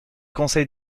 conseil